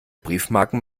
briefmarken